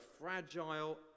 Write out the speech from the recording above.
fragile